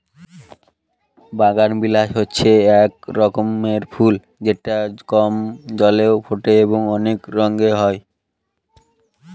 বাগানবিলাস হচ্ছে এক রকমের ফুল যেটা কম জলে ফোটে এবং অনেক রঙের হয়